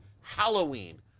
Halloween